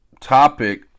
topic